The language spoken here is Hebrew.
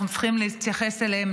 אנחנו צריכים להתייחס אליהם,